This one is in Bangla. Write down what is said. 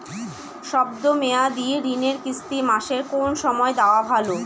শব্দ মেয়াদি ঋণের কিস্তি মাসের কোন সময় দেওয়া ভালো?